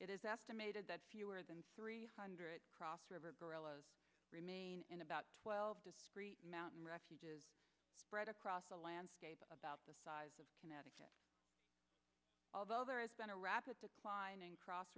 it is estimated that fewer than three hundred cross river gorillas remain in about twelve mountain refuges spread across the landscape about the size of connecticut although there has been a rapid decline in cross